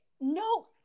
No